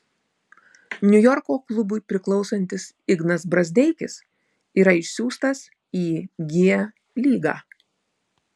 niujorko klubui priklausantis ignas brazdeikis yra išsiųstas į g lygą